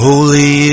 Holy